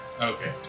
Okay